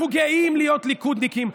אנחנו גאים להיות ליכודניקים.